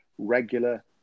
regular